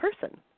person